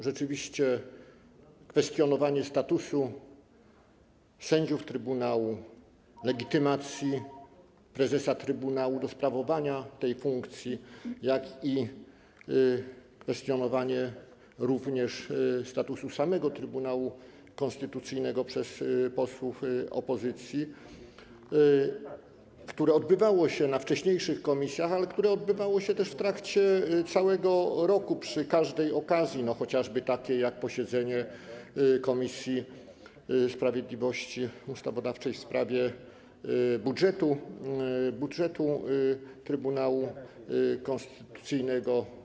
Rzeczywiście kwestionowanie statusu sędziów trybunału, legitymacji prezesa trybunału do sprawowania tej funkcji, jak i kwestionowanie statusu samego Trybunału Konstytucyjnego przez posłów opozycji odbywało się na wcześniejszych posiedzeniach komisji, ale odbywało się też w trakcie całego roku przy każdej okazji, chociażby takiej jak posiedzenie komisji sprawiedliwości, Komisji Ustawodawczej w sprawie budżetu Trybunału Konstytucyjnego.